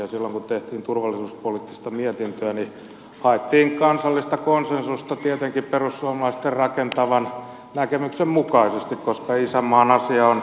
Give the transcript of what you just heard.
silloin kun tehtiin turvallisuuspoliittista mietintöä haettiin kansallista konsensusta tietenkin perussuomalaisten rakentavan näkemyksen mukaisesti koska isänmaan asia on yhteinen